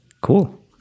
Cool